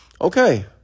okay